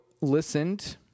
listened